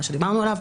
מה שדיברנו עליו.